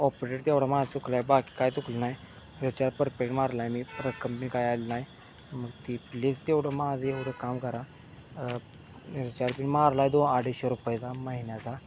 operator तेवढं माझं चुकलंय बाकी काय चुकलं नाई रोचार परफेक्ट मारलाय मी परत कंपनी काय आलं नाई मग ती प्लीज तेवढं माझं एवढं काम करा रुचार पण मारलाय दोन आठशे रुपयेचा महिन्याचा